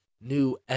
new